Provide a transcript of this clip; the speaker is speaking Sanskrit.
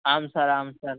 आं सर् आं सर्